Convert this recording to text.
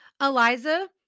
Eliza